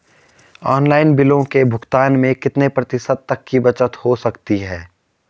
Online बिलों के भुगतान में कितने प्रतिशत तक की बचत हो सकती है?